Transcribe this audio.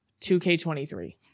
2K23